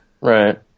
Right